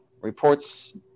Reports